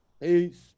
Peace